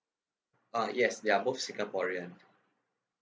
uh yes they are both singaporean